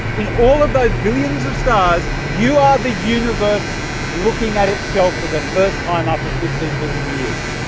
in all of those billions of stars, you are the universe looking at itself for the first time after fifteen billion years.